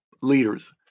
leaders